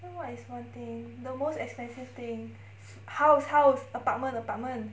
then what is one thing the most expensive thing house house apartment apartment